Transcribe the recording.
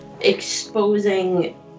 exposing